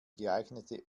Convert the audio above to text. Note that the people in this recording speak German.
geeignete